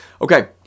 Okay